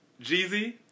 Jeezy